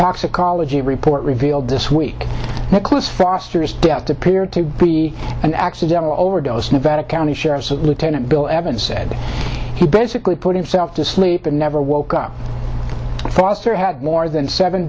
toxicology report revealed this week nicholas foster's death appeared to be an accidental overdose nevada county sheriff's lieutenant bill evans said he basically put himself to sleep and never woke up foster had more than seven